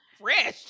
Fresh